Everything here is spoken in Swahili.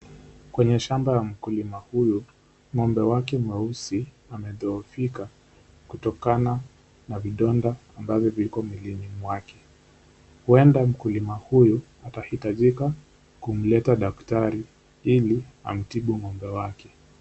Kwenye shamba la mkulima huyu, ng'ombe wake mweusi amedhoofika kutokana na vidonda ambavyo vilikuwa mwilini mwake. Huenda mkulima huyu atahitajika kumleta daktari, ili amtibu ng'ombe wake.